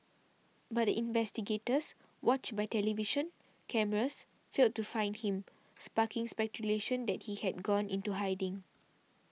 but the investigators watched by television cameras failed to find him sparking speculation that he had gone into hiding